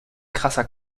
krasser